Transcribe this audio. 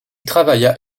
travailla